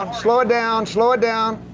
and slow it down. slow it down.